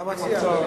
מה אתה מציע?